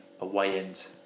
away-end